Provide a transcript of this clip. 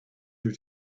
her